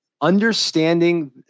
understanding